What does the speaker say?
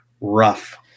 rough